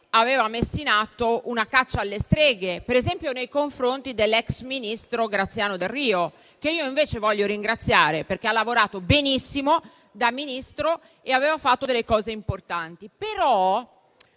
aveva messo in atto una caccia alle streghe nei confronti dell'ex ministro Graziano Delrio, che io invece desidero ringraziare, perché ha lavorato benissimo da Ministro e aveva fatto delle cose importanti.